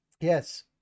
Yes